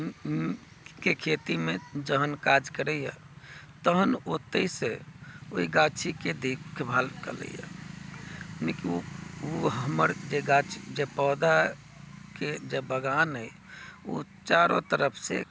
के खेतीमे जहन काज करैया तहन ओतै से ओहि गाछीके देखभाल करैया मानेकि ओ हमर जे गाछी जे पौधाके जे बगान अछि ओ चारो तरफ से